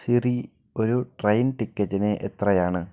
Siri ഒരു train ടിക്കറ്റിന് എത്രയാണ്